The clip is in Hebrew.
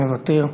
מוותר,